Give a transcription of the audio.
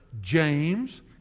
James